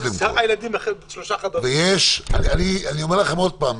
אני אומר לכם עוד פעם,